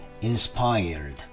inspired